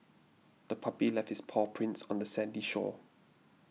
the puppy left its paw prints on the sandy shore